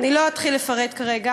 לא אתחיל לפרט כרגע.